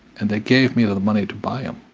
and they gave me the the money to buy um